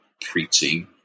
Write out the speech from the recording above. preaching